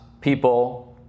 people